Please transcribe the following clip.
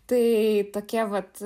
tai tokia vat